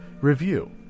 Review